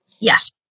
Yes